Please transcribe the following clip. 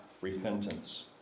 repentance